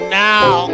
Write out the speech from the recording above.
now